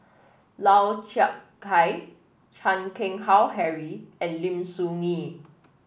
Lau Chiap Khai Chan Keng Howe Harry and Lim Soo Ngee